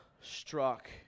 struck